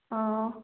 ꯑꯣ ꯑꯣ